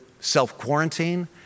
self-quarantine